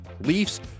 Leafs